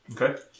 Okay